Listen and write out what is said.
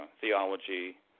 theology